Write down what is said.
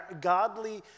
godly